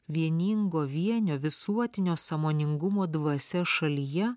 vieningo vienio visuotinio sąmoningumo dvasia šalyje